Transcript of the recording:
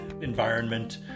environment